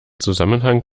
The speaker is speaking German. zusammenhang